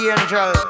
Angel